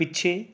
ਪਿੱਛੇ